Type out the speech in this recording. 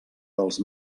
dels